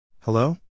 Hello